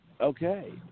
Okay